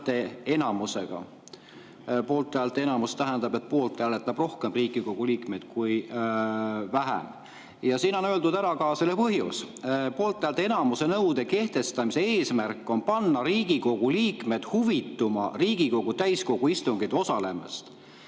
Poolthäälte enamus tähendab, et poolt hääletab rohkem Riigikogu liikmeid kui [vastu]. Siin on öeldud ära ka selle põhjus: poolthäälte enamuse nõude kehtestamise eesmärk on panna Riigikogu liikmed huvituma Riigikogu täiskogu istungitel osalemisest.